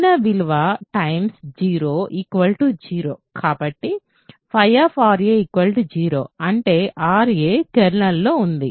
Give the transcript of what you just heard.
కాబట్టి 0 అంటే ra కెర్నల్లో ఉంది